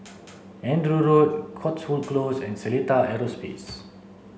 Andrew Road Cotswold Close and Seletar Aerospace